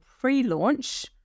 pre-launch